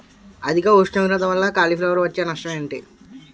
అధిక ఉష్ణోగ్రత వల్ల కాలీఫ్లవర్ వచ్చే నష్టం ఏంటి?